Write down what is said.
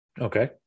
Okay